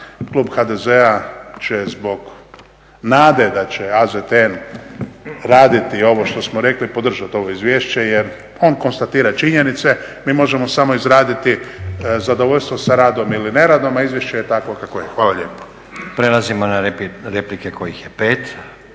Klub HDZ-a će zbog nade da će AZTN raditi ovo što smo rekli podržati ovo izvješće jer on konstatira činjenice. Mi možemo samo izraziti zadovoljstvo sa radom ili neradom a izvješće je takvo kakvo je. Hvala lijepa. **Stazić, Nenad (SDP)** Prelazimo na replike kojih je 5.